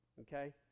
Okay